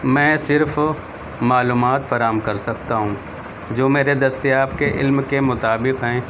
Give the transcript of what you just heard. میں صرف معلومات فراہم کر سکتا ہوں جو میرے دستیاب کے علم کے مطابق ہیں